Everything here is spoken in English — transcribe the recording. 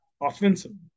offensively